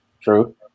True